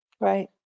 Right